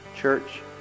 church